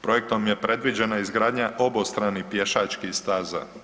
Projektom je predviđena izgradnja obostranih pješačkih staza.